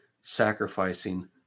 sacrificing